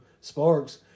Sparks